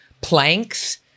planks